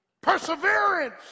Perseverance